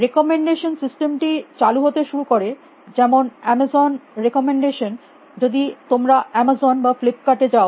recommendation system টি চালু হতে শুরু করে যেমন আমাজন রেকমেনডেশান যদি তোমরা আমাজন বা ফ্লিপ্কার্ট এ যাও